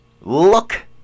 Look